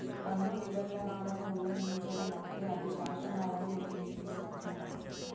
పన్ను నిబంధనలను ఉల్లంఘిచడం అంటే అది శాసనాలను యతిరేకించినట్టే మరి